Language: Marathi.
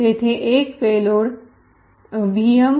तर तेथे एक पेलोड व्हीएम